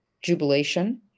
jubilation